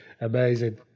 amazing